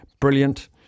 brilliant